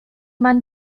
man